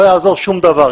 לא יעזור שום דבר.